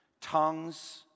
tongues